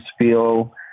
feel